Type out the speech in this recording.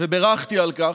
ובירכתי על כך,